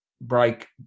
break